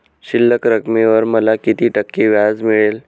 शिल्लक रकमेवर मला किती टक्के व्याज मिळेल?